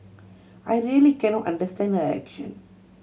I really cannot understand her action